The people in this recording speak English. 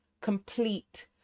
complete